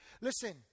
Listen